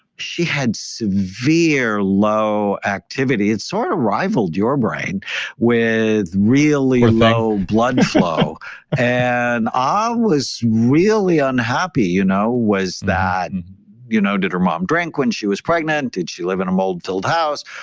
she had severe low activity. it sort of rivaled your brain with really low blood flow and i was really unhappy you know was that and you know did her mom drink when she was pregnant. did she live in a mold-filled house?